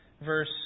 verse